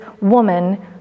woman